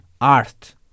art